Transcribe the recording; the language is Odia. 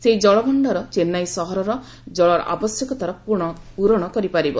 ସେହି ଜଳ ଭଣ୍ଡାର ଚେନ୍ନାଇ ସହରର ଜଳ ଆବଶ୍ୟକତାର ପୂରଣ କରିପାରିବ